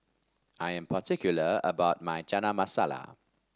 I am particular about my Chana Masala